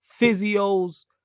physios